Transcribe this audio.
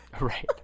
Right